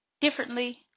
differently